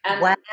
Wow